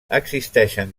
existeixen